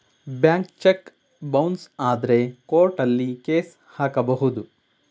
bank cheque bounce ಆದ್ರೆ ಕೋರ್ಟಲ್ಲಿ case ಹಾಕಬಹುದು